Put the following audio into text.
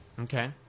Okay